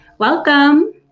Welcome